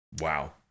Wow